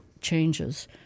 changes